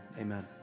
Amen